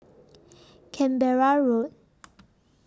Canberra Road